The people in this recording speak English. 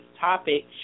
topic